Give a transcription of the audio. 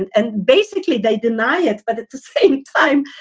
and and basically they deny it. but at the same time,